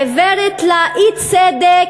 עיוורת לאי-צדק,